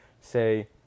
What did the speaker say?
say